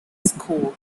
school